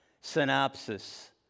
synopsis